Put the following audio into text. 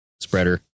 spreader